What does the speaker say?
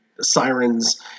sirens